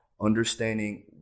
understanding